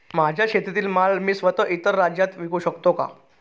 माझ्या शेतातील माल मी स्वत: इतर राज्यात विकू शकते का?